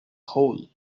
hole